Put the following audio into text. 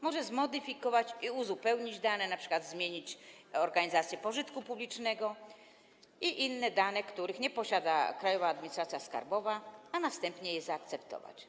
Może zmodyfikować i uzupełnić dane, np. zmienić organizację pożytku publicznego, i inne dane, których nie posiada Krajowa Administracja Skarbowa, a następnie je zaakceptować.